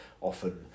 often